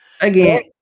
Again